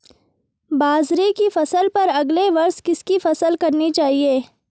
बाजरे की फसल पर अगले वर्ष किसकी फसल करनी चाहिए?